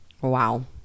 Wow